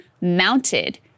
mounted